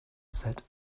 said